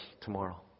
tomorrow